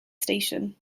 station